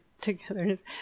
togetherness